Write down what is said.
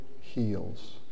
heals